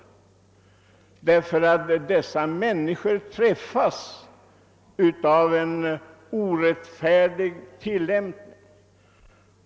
Dessa människor drabbas nämligen av en orättfärdig tillämpning.